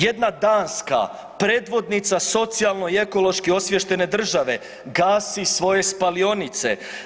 Jedna Danska predvodnica socijalno i ekološki osviještene države gasi svoje spalionice.